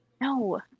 No